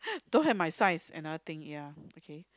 don't have size my size another thing ya okay